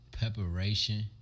Preparation